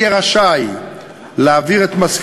תודה